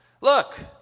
look